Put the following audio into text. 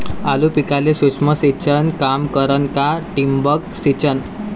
आलू पिकाले सूक्ष्म सिंचन काम करन का ठिबक सिंचन?